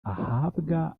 ahabwa